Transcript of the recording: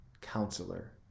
Counselor